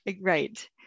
Right